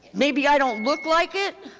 maybe i don't look like it,